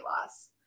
loss